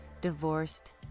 divorced